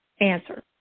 answer